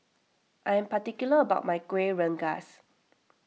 I am particular about my Kuih Rengas